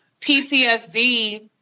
PTSD